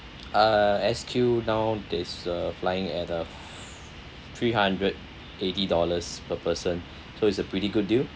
uh S_Q now there's a flying at a three hundred eighty dollars per person so it's a pretty good deal